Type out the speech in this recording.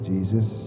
Jesus